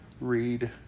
read